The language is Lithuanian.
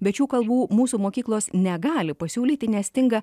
bet šių kalbų mūsų mokyklos negali pasiūlyti nes stinga